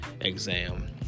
exam